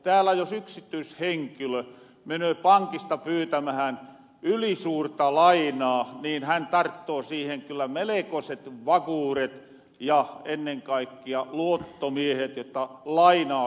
täällä jos yksityishenkilö menöö pankista pyytämähän ylisuurta lainaa niin hän tarttoo siihen kyllä melekoset vakuuret ja ennen kaikkea luottomiehet jotta lainaa syntyy